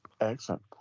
Excellent